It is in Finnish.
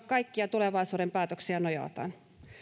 kaikkia tulevaisuuden päätöksiä nojataan